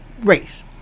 race